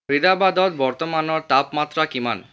ৰিদাবাদত বৰ্তমানৰ তাপমাত্ৰা কিমান